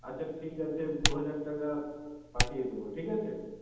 আচ্ছা ঠিক আছে দু হাজার টাকা পাঠিয়ে দেবো ঠিক আছে